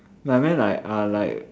I mean like I like